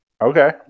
Okay